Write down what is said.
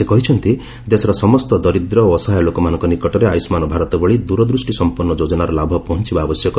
ସେ କହିଛନ୍ତି ଦେଶର ସମସ୍ତ ଦରିଦ୍ର ଓ ଅସହାୟ ଲୋକମାନଙ୍କ ନିକଟରେ ଆୟୁଷ୍ମାନ ଭାରତ ଭଳି ଦୂରଦୃଷ୍ଟିସମ୍ପନ୍ନ ଯୋଜନାର ଲାଭ ପହଞ୍ଚିବା ଆବଶ୍ୟକ